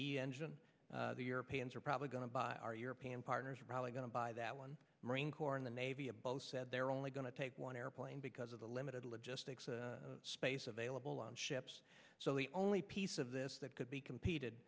e engine the europeans are probably going to buy our european partners are probably going to buy that one marine corps in the navy a boat said they're only going to take one airplane because of the limited logistics space available on ships so the only piece of this that could be competed